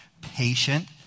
patient